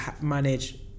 manage